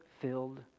filled